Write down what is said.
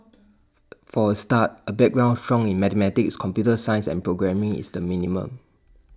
for A start A background strong in mathematics computer science and programming is the minimum